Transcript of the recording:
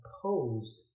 opposed